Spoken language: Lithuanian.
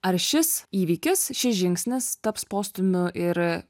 ar šis įvykis šis žingsnis taps postūmiu ir